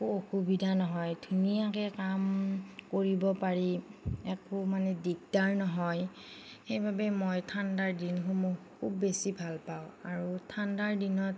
একো অসুবিধা নহয় ধুনীয়াকৈ কাম কৰিব পাৰি একো মানে দিকদাৰ নহয় সেই বাবে মই ঠাণ্ডাৰ দিনসমূহ খুব বেছি ভাল পাওঁ আৰু ঠাণ্ডাৰ দিনত